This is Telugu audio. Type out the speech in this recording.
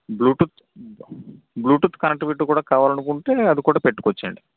బ్లూటూత్ బ్లూటూత్ కనెక్టివిటీ కూడా కావాలనుకుంటే అది కూడా పెట్టుకోవచ్చండి